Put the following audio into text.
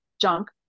junk